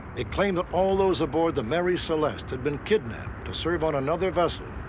it claimed that all those aboard the mary celeste had been kidnapped to serve on another vessel,